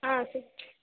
ஆ சொல்